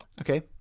Okay